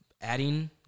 adding